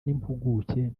n’impuguke